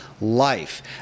life